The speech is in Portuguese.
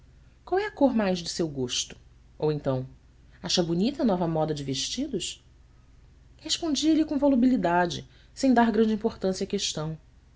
qual é a cor mais de seu gosto ou então cha bonita a nova moda de vestidos respondia-lhe com volubilidade sem dar grande importância à questão